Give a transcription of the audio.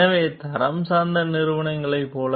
எனவே தரம் சார்ந்த நிறுவனங்களைப் போல